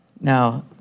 Now